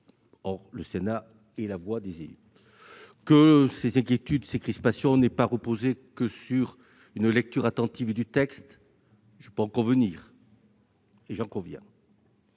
Or le Sénat est la voix des élus. Que ces inquiétudes, ces crispations n'aient pas toujours reposé sur une lecture attentive du texte, je peux en convenir, mais nous